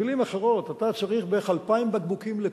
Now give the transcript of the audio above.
במלים אחרות, אתה צריך בערך 2,000 בקבוקים לקוב.